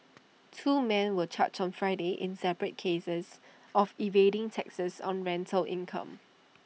two men were charged on Friday in separate cases of evading taxes on rental income